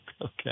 Okay